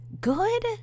good